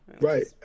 Right